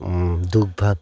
দুখ ভাগ